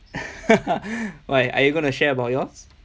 why are you gonna share about yours